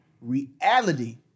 Reality